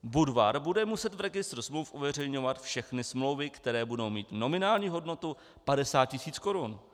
Budvar bude muset v registru smluv uveřejňovat všechny smlouvy, které budou mít nominální hodnotu 50 tisíc korun.